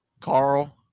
Carl